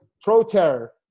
pro-terror